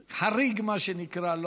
חריג, מה שנקרא.